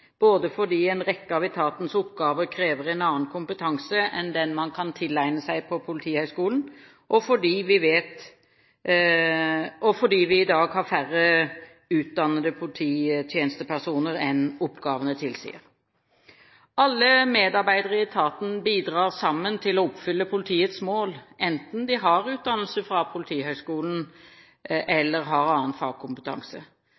både fordi en rekke av etatens oppgaver krever en annen kompetanse enn den man kan tilegne seg på Politihøgskolen, og fordi vi i dag har færre utdannede polititjenestepersoner enn oppgavene tilsier. Alle medarbeidere i etaten bidrar sammen til å oppfylle politiets mål, enten de har utdannelse fra Politihøgskolen,